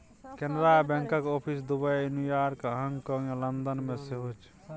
कैनरा बैंकक office Dubai, New York, हाँगकाँग आ लंदन मे सेहो छै